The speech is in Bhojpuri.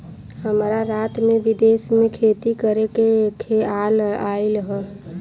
हमरा रात में विदेश में खेती करे के खेआल आइल ह